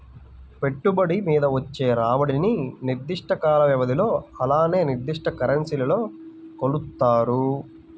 పెట్టుబడి మీద వచ్చే రాబడిని నిర్దిష్ట కాల వ్యవధిలో అలానే నిర్దిష్ట కరెన్సీలో కొలుత్తారు